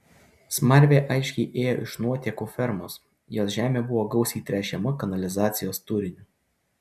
smarvė aiškiai ėjo iš nuotėkų fermos jos žemė buvo gausiai tręšiama kanalizacijos turiniu